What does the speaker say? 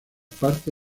parte